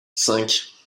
cinq